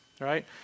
right